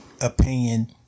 opinion